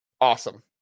awesome